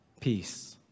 Peace